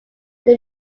they